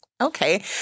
Okay